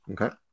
Okay